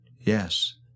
Yes